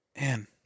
man